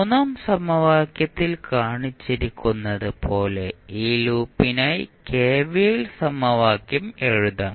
മൂന്നാം സമവാക്യത്തിൽ കാണിച്ചിരിക്കുന്നതുപോലെ ഈ ലൂപ്പിനായി കെവിഎൽ സമവാക്യം എഴുതാം